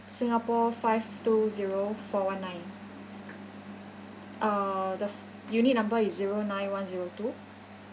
singapore five two zero four one nine uh the f~ unit number is zero nine one zero two